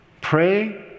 Pray